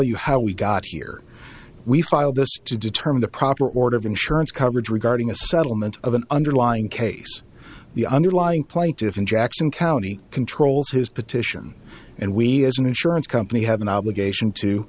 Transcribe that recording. you how we got here we file this to determine the proper order of insurance coverage regarding a settlement of an underlying case the underlying plaintiffs in jackson county controls his petition and we as an insurance company have an obligation to